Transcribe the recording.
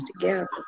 together